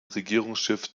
regierungschef